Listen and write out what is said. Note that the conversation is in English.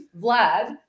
Vlad